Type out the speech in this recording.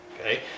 Okay